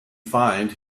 find